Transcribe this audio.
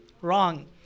wrong